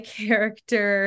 character